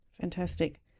Fantastic